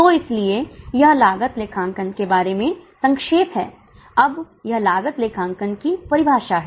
तो इसलिए यह लागत लेखांकन के बारे में संक्षेप है अब यह लागत लेखांकन की परिभाषा है